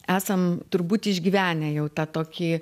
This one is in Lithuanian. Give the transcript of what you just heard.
esam turbūt išgyvenę jau tą tokį